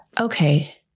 Okay